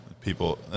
People